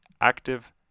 active